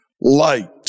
Light